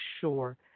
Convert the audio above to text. sure